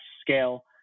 scale